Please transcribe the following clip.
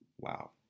wow